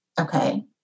Okay